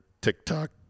TikTok